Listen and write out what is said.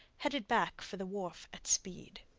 headed back for the wharf at speed.